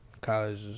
college